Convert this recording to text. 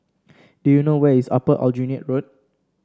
do you know where is Upper Aljunied Road